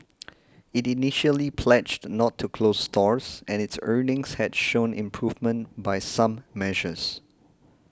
it initially pledged not to close stores and its earnings had shown improvement by some measures